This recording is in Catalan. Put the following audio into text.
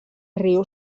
riu